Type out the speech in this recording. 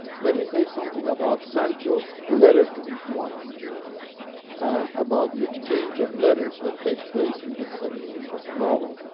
let me say something about sancho's letter to his wife and about the exchange of letters that takes place in this section of the novel.